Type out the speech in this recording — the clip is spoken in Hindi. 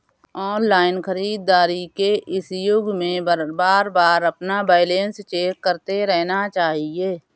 ऑनलाइन खरीदारी के इस युग में बारबार अपना बैलेंस चेक करते रहना चाहिए